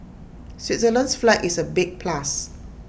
Switzerland's flag is A big plus